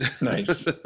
Nice